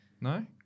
No